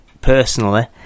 personally